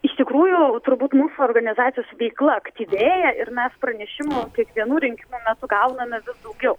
iš tikrųjų turbūt mūsų organizacijos veikla aktyvėja ir mes pranešimu kiekvienų rinkimų metu gauname vis daugiau